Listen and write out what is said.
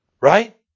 Right